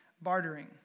bartering